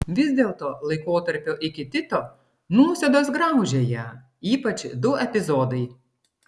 vis dėlto laikotarpio iki tito nuosėdos graužė ją ypač du epizodai